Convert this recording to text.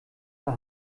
der